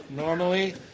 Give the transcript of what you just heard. Normally